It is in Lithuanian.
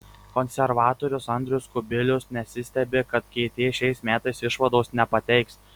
konservatorius andrius kubilius nesistebi kad kt šiais metais išvados nepateiks